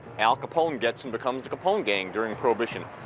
al capone gets them, becomes the capone gang during prohibition.